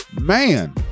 man